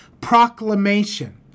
proclamation